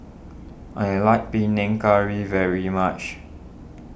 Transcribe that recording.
I like Panang Curry very much